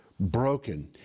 broken